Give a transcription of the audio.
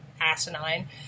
asinine